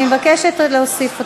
אני מבקשת להוסיף אותו,